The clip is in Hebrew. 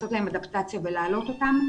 לעשות להם אדפטציה ולהעלות אותם.